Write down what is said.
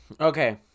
Okay